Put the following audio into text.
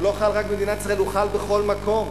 הוא לא חל רק במדינת ישראל, הוא חל בכל מקום,